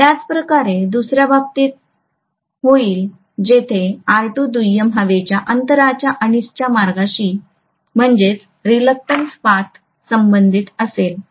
त्याचप्रकारे दुसर्या बाबतीत होईल जेथे R2 दुय्यम हवेच्या अंतरांच्या अनिच्छा मार्गाशी संबंधित असेल